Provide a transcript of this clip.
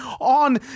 on